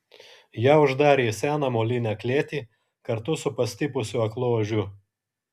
ją uždarė į seną molinę klėtį kartu su pastipusiu aklu ožiu